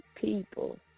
people